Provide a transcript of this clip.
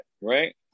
right